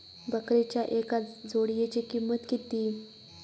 बकरीच्या एका जोडयेची किंमत किती?